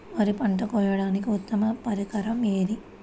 వరి పంట కోయడానికి ఉత్తమ పరికరం ఏది?